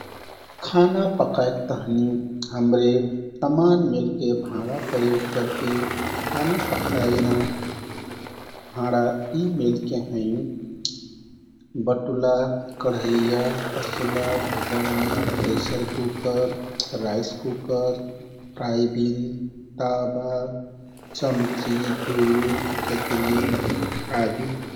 खाना पकाइक तहिन हमरे तमान मेलके भाँडा प्रयोग करति। खाना पकैना भाँडा यी मेलके हैँ बटुला, कढैया, तसला, भगौना, प्रेसर कुकर, राइस कुकर, फ्राइबिन, ताबा, चम्ची, डोइ, केतली आदि।